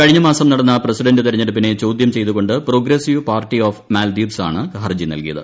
കഴിഞ്ഞ മാസം നടന്ന പ്രസിഡന്റ് തെരഞ്ഞെടുപ്പിനെ ചോദ്യം ചെയ്തുകൊണ്ട് പ്രോഗ്രസീവ് പാർട്ടി ഓഫ് മാൽദ്വീപ്സാണ് ഹർജി നൽകിയത്